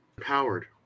Powered